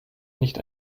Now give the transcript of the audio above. nicht